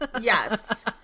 Yes